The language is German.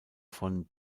von